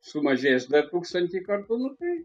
sumažės dar tūkstantį kartų nu tai